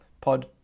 pod